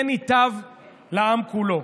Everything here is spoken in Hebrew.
כן ייטב לעם כולו.